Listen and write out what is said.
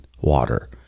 water